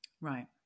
Right